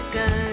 go